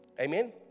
Amen